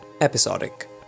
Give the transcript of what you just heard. episodic